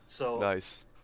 Nice